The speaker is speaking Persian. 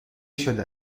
شده